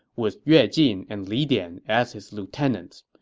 with yue jin and li dian as his lieutenants.